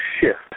shift